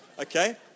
okay